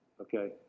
Okay